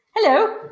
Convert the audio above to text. Hello